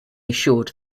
assured